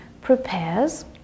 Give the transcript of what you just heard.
prepares